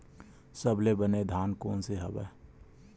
सबले बने धान कोन से हवय?